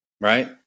right